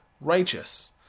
righteous